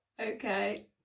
Okay